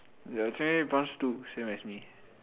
ya Jian-Hui bronze two same as me